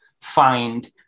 find